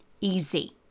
Easy